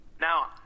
Now